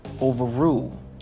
overrule